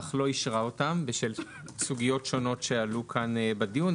אך לא אישרה אותם בשל סוגיות שונות שעלו כאן בדיון.